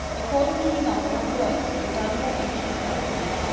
according to the number of words begun by each respectively,